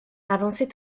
avançait